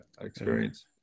experience